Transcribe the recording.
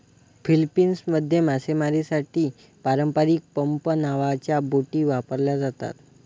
फिलीपिन्समध्ये मासेमारीसाठी पारंपारिक पंप नावाच्या बोटी वापरल्या जातात